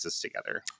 together